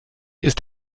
ist